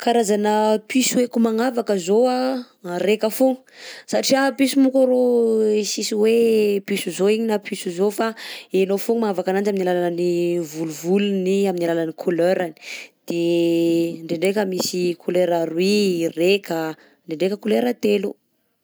Karazana piso haiko magnavaka zao anh araika foagna satria piso monko arô sisy hoe piso zao igny na piso zao fa hainao foagna magnavaka ananjy amin'ny alalan'ny volovolony, amin'ny alalan'ny couleur-n, de ndraindraika misy couleur aroy, raika, ndraindraika couleur telo.